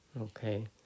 Okay